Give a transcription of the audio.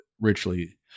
richly